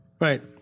Right